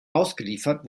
ausgeliefert